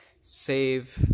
save